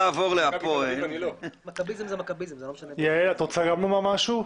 יעל, את רוצה גם לומר משהו?